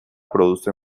produce